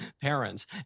parents